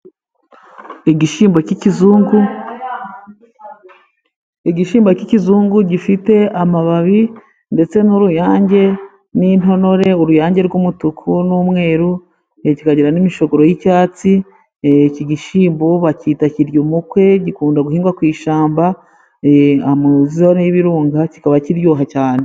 Igishyimbo cy'ikizungu gifite amababi, Ndetse n'uruyange ,n'intonore ,uruyange rw'umutuku, n'umweru, kikagira n'imishogoro y'icyatsi. Igishyimbo bakita kiry' umukwe. Gikunda guhingwa ku ishyamba muri zone y'ibirunga kikaba kiryoha cyane.